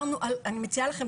אני מציעה לכם,